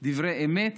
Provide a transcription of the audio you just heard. דברי אמת